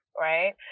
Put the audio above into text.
right